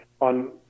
on